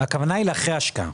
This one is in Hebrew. הכוונה היא לאחרי ההשקעה,